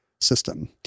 system